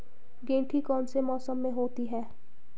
गेंठी कौन से मौसम में होती है?